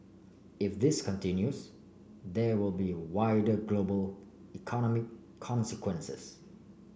if this continues there would be wider global economic consequences